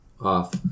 off